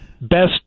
Best